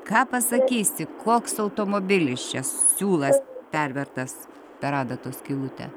ką pasakysi koks automobilis čia siūlas pervertas per adatos skylutę